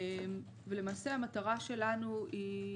למעשה המטרה שלנו היא